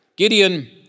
Gideon